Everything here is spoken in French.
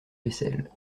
vaisselle